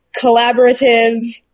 collaborative